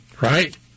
right